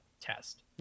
test